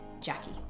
Jackie